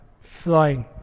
flying